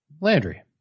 Landry